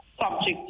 subject